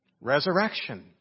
Resurrection